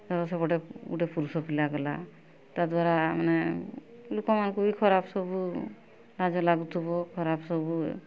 ଧର ସେପଟେ ଗୋଟିଏ ପୁରୁଷ ପିଲା ଗଲା ତା'ଦ୍ଵାରା ମାନେ ଲୋକମାନଙ୍କୁ ବି ଖରାପ ସବୁ ଲାଜ ଲାଗୁଥିବ ଖରାପ ସବୁ